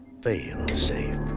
fail-safe